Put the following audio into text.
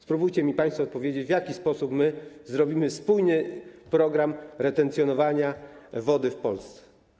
Spróbujcie mi państwo odpowiedzieć, w jaki sposób my stworzymy spójny program retencjonowania wody w Polsce.